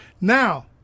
now